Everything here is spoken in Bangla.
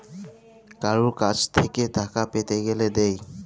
কারুর কাছ থেক্যে টাকা পেতে গ্যালে দেয়